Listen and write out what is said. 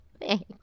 Thanks